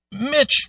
Mitch